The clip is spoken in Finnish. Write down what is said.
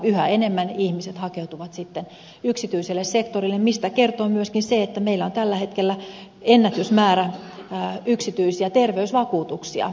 yhä enemmän ihmiset hakeutuvat sitten yksityiselle sektorille mistä kertoo myöskin se että meillä on tällä hetkellä ennätysmäärä yksityisiä terveysvakuutuksia